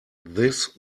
this